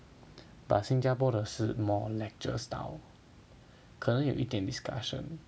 but 新加坡的是 more lecture style 可能有一点 discussion